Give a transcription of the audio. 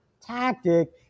tactic